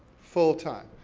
full time,